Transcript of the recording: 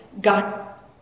got